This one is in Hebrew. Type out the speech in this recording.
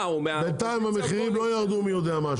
בינתיים המחירים לא ירדו מי יודע מה,